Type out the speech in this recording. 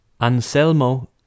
Anselmo